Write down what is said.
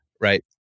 right